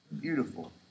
beautiful